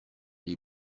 les